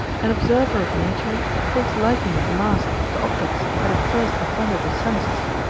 an observer of nature takes liking at last to objects that at first offended his senses,